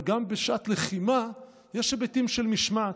גם בשעת לחימה יש היבטים של משמעת.